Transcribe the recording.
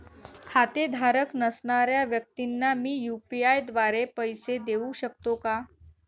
खातेधारक नसणाऱ्या व्यक्तींना मी यू.पी.आय द्वारे पैसे देऊ शकतो का?